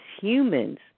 humans